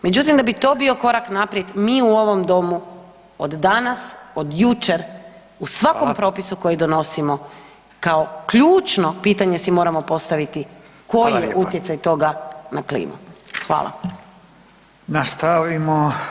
Međutim, da bi to bio korak naprijed mi u ovom domu od danas, od jučer u svakom propisu koji [[Upadica: Hvala.]] donosimo kao ključno pitanje si moramo postaviti koji je utjecaj [[Upadica: Hvala lijepa.]] toga na klimu.